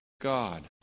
God